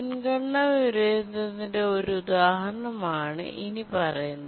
മുൻഗണന വിപരീത ത്തിൻറെ ഒരു ഉദാഹരണമാണ് ആണ് ഇനി പറയുന്നത്